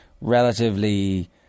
relatively